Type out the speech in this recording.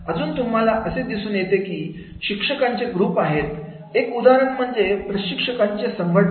अजून तुम्हाला असे दिसून येते की प्रशिक्षकांचे ग्रुप आहेत एक उदाहरण म्हणजे प्रशिक्षकांच्या संघटना